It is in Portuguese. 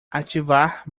ativar